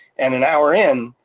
and an hour in,